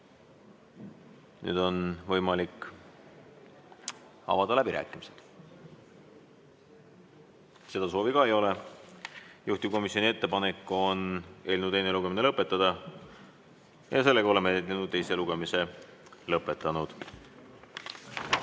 Nüüd on võimalik avada läbirääkimised. Seda soovi ei ole. Juhtivkomisjoni ettepanek on eelnõu teine lugemine lõpetada ja me oleme teise lugemise lõpetanud.